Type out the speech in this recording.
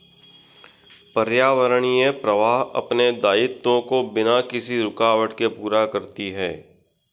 पर्यावरणीय प्रवाह अपने दायित्वों को बिना किसी रूकावट के पूरा करती है